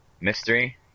Mystery